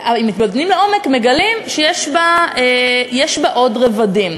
מגלים שיש בה עוד רבדים.